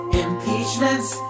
impeachments